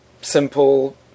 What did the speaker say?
simple